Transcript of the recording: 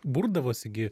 burdavosi gi